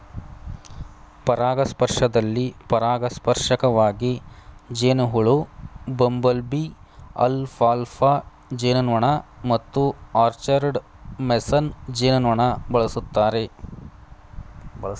ಪರಾಗಸ್ಪರ್ಶದಲ್ಲಿ ಪರಾಗಸ್ಪರ್ಶಕವಾಗಿ ಜೇನುಹುಳು ಬಂಬಲ್ಬೀ ಅಲ್ಫಾಲ್ಫಾ ಜೇನುನೊಣ ಮತ್ತು ಆರ್ಚರ್ಡ್ ಮೇಸನ್ ಜೇನುನೊಣ ಬಳಸ್ತಾರೆ